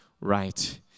right